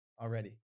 already